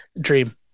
dream